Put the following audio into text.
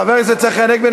חבר הכנסת צחי הנגבי,